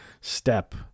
step